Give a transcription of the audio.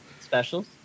specials